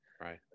Right